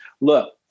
look